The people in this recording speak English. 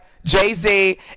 Jay-Z